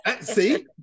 See